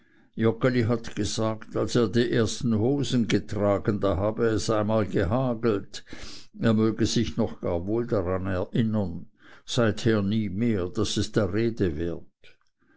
hat gesagt als er die ersten hosen getragen da habe es einmal gehagelt er möge sich noch gar wohl daran erinnern seither nie mehr daß es der rede wert